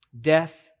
Death